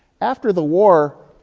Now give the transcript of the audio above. after the war,